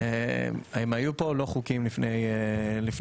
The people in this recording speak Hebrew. הם היו כאן לא חוקית לפני המלחמה.